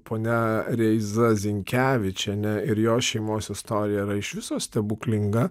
ponia reiza zinkevičienė ir jos šeimos istorija yra iš viso stebuklinga